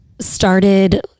started